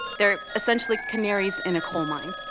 they are essentially canaries in a coal mine.